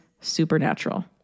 Supernatural